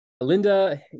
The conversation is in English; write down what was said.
Linda